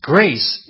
Grace